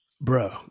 Bro